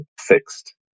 fixed